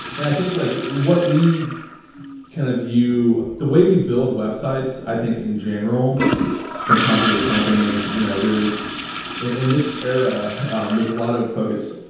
and, i think like what we kind of view the way we build websites i think in general from company to company and, you know, really in this era um there's a lot of focus,